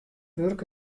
wurk